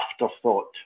afterthought